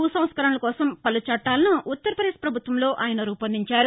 భూసంస్కరణల కోసం పలు చట్టాలను ఉత్తర పదేశ్ పభుత్వంలో ఆయన రూపొందించారు